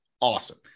awesome